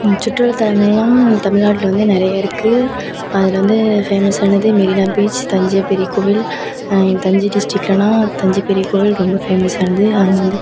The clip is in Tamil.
சுற்றுலாத்தலங்கள்லாம் தமிழ்நாட்டில் வந்து நிறைய இருக்குது அதில் வந்து ஃபேமஸானது மெரினா பீச் தஞ்சை பெரிய கோவில் தஞ்சை டிஸ்டிக்லனா தஞ்சை பெரிய கோவில் ரொம்ப ஃபேமஸானது அங்கே வந்து